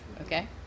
okay